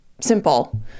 simple